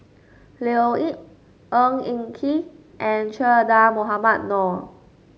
Leo Yip Ng Eng Kee and Che Dah Mohamed Noor